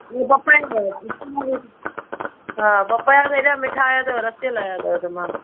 हू पपाया अथव हा पपाया बि हेॾा मिठा आहियां अथव रसीअल आहियां अथव तमामु